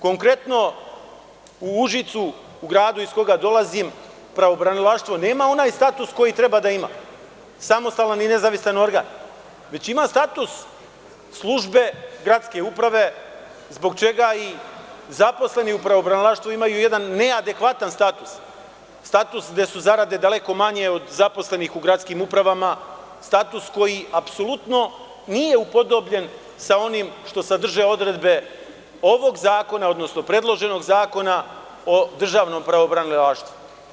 Konkretno, u Užicu, u gradu iz koga dolazim, pravobranilaštvo nema onaj status koji treba da ima – samostalan i nezavisan organ, već ima status službe gradske uprave zbog čega zaposleni u pravobranilaštvu imaju jedan adekvatan status, status gde su zarade daleko manje od zaposlenih u gradskim upravama, status koji apsolutno nije upodobljen sa onim što sadrže odredbe ovog zakona, odnosno predloženog Zakona o državnom pravobranilaštvu.